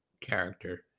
character